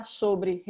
sobre